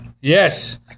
Yes